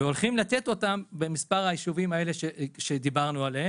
והולכים לתת אותם במספר היישובים שדיברנו עליהם.